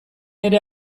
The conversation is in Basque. ere